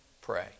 pray